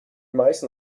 meisten